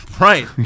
right